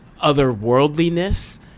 otherworldliness